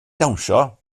dawnsio